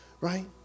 right